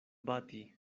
bati